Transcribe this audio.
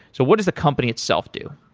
so what is the company itself do?